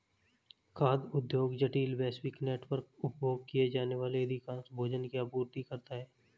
खाद्य उद्योग जटिल, वैश्विक नेटवर्क, उपभोग किए जाने वाले अधिकांश भोजन की आपूर्ति करता है